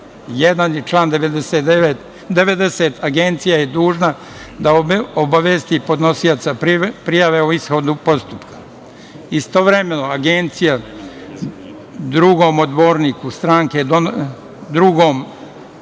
i član 90. Agencija je dužna da obavesti podnosioca prijave o ishodu postupka. Istovremeno, Agencija drugom odborniku naše stranke donosi